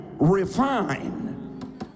refine